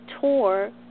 tour